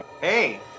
Hey